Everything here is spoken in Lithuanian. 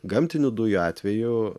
gamtinių dujų atveju